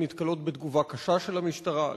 נתקלות בתגובה קשה של המשטרה.